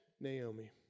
Naomi